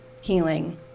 healing